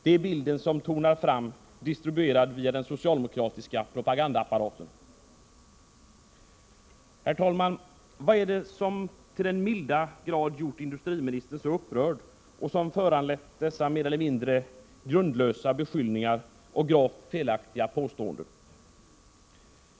Det är bilden som tonar fram, distribuerad via den socialdemokratiska propagandaapparaten. Herr talman! Vad är det då som till den milda grad gjort industriministern så upprörd och som föranlett dessa mer eller mindre grundlösa beskyllningar och gravt felaktiga påståenden?